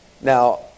now